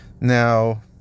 Now